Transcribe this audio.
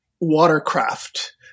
watercraft